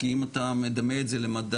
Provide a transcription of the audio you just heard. כי אם אתה מדמה את זה לבורסה,